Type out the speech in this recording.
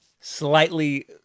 slightly